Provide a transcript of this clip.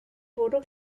bwrw